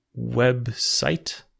website